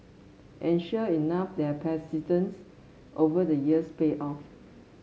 and sure enough their persistence over the years paid off